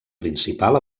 principal